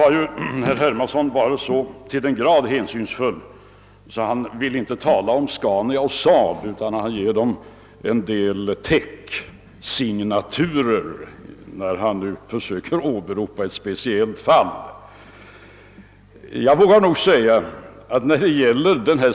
Herr Hermansson har varit så till den grad hänsynsfull att han inte vill tala om Scania och SAAB när han åberopar ett speciellt fall, utan han ger dem täcksignaturer.